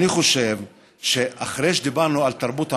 אני חושב שאחרי שדיברנו על תרבות המסחרה,